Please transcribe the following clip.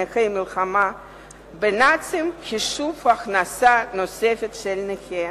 הצעת חוק נכי המלחמה בנאצים (חישוב הכנסה נוספת של נכה),